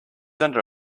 under